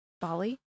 bali